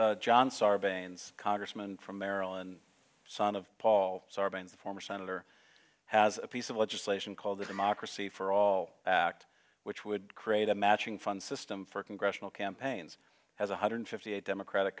john sarbanes congressman from maryland son of paul sarbanes the former senator has a piece of legislation called the democracy for all act which would create a matching funds system for congressional campaigns has one hundred fifty eight democratic